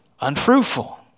unfruitful